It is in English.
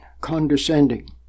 condescending